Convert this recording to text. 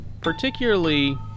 particularly